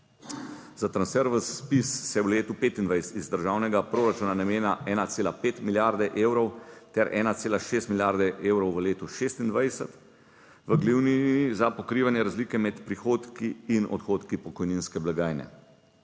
Za transfer v ZPIZ se v letu 2025 iz državnega proračuna namenja 1,5 milijarde evrov ter 1,6 milijarde evrov v letu 2026 v glavni za pokrivanje razlike med prihodki in odhodki pokojninske blagajne.